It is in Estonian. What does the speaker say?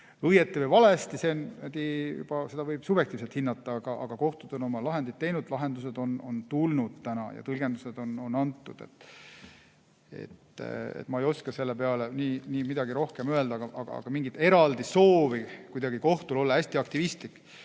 Õigesti või valesti, seda võib subjektiivselt hinnata, aga kohtud on oma lahendid teinud, lahendused on tulnud ja tõlgendused on antud. Ma ei oska selle peale midagi rohkem öelda. Aga mingit eraldi soovi kohtul olla kuidagi hästi aktivistlik